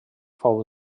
fou